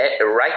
right